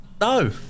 no